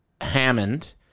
Hammond